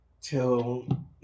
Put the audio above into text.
Till